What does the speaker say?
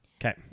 okay